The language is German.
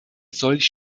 solch